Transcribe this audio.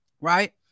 Right